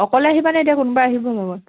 অকলে আহিবানে এতিয়া কোনোবা আহিব লগত